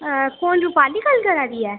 कु'न रूपाली गल्ल करा दी ऐ